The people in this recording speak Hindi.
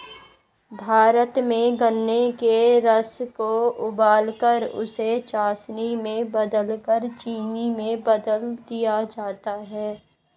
भारत में गन्ने के रस को उबालकर उसे चासनी में बदलकर चीनी में बदल दिया जाता है